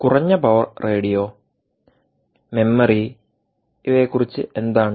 കുറഞ്ഞ power radio memory യെക്കുറിച്ച് എന്താണ്